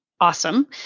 awesome